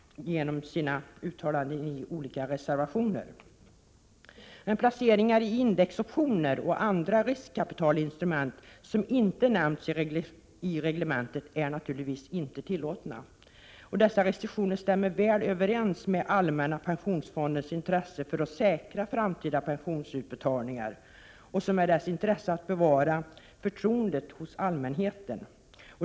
Detta framgår av reservationerna. Men placeringar i indexoptioner och andra riskkapitalinstrument som inte nämnts i reglementet är naturligtvis inte tillåtna. Dessa restriktioner stämmer väl överens med allmänna pensionsfondens intresse av att säkra framtida pensionsutbetalningar och med dess intresse av att bevara förtroendet hos allmänheten.